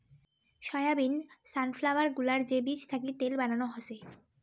soybean, sunflower গুলার যে বীজ থাকি তেল বানানো হসে